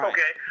Okay